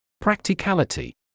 Practicality